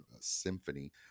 symphony